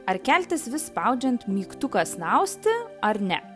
ar keltis vis spaudžiant mygtuką snausti ar ne